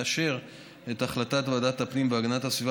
לאשר את החלטת ועדת הפנים והגנת הסביבה